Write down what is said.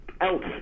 else